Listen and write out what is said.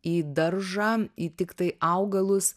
į daržą į tiktai augalus